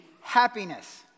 happiness